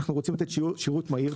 אנחנו רוצים לתת שירות מהיר,